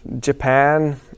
Japan